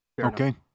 Okay